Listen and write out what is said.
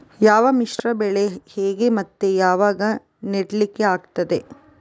ಯಾವ ಮಿಶ್ರ ಬೆಳೆ ಹೇಗೆ ಮತ್ತೆ ಯಾವಾಗ ನೆಡ್ಲಿಕ್ಕೆ ಆಗ್ತದೆ?